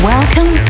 Welcome